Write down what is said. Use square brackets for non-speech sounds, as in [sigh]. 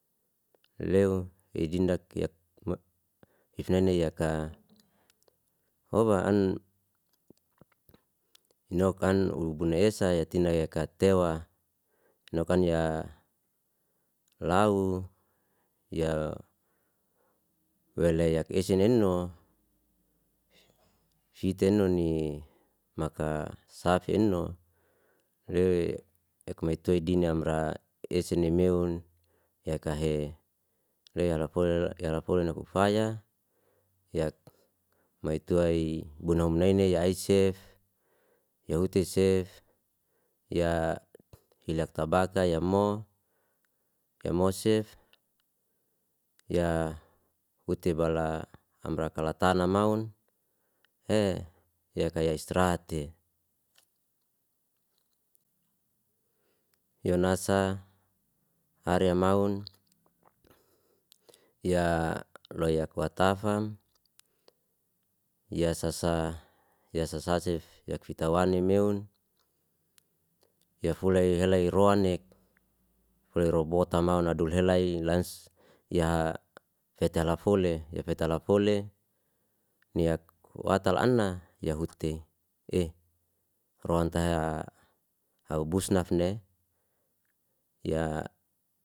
Lew ei dindak [unintelligible] ifnaini yaka hoba an noukan ubun esa tinai katewa noukan ya law, ya wele ya ese neno, fitenoni maka safheno le ekmaitua din amra esene meun, yakahe [hesitation] lalafoli na ufaya ya maitua ei bunom naine ya esef, ya hutisif, ya ilyak kabaka ya mo, ya mosif, ya hutibala amra lakalatana maun, [unintelligible] yeka ya israhate. Yonasa haria maun, ya loyak watafam, ya sasa, ya sasasif, ya fiktawani meun, ya fulai helai ruwanek, fulai robota maun nadul helai lans ya letelafoli, letelafoli, niyak watala anna, ya huti eh ruantaha aubus nafne ya.